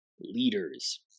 leaders